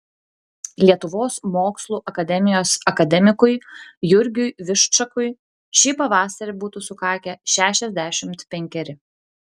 lietuvos mokslų akademijos akademikui jurgiui viščakui šį pavasarį būtų sukakę šešiasdešimt penkeri